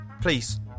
Please